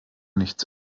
nichts